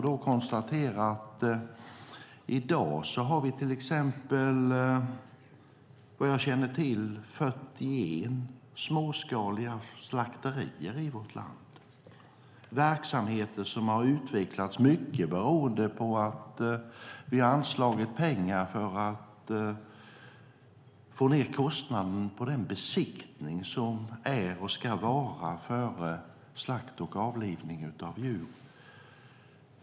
I dag har vi, vad jag känner till, 41 småskaliga slakterier i vårt land. Det är verksamheter som har utvecklats mycket beroende på att vi har anslagit pengar för att få ned kostnaden för den besiktning som ska ske före slakt och avlivning av djur.